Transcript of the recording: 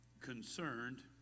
concerned